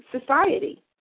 society